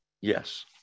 Yes